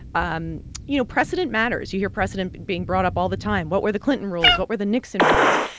um you know, precedent matters. you hear precedent being brought up all the time. what were the clinton rules? what were the nixon rules?